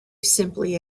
simply